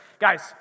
guys